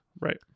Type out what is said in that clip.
right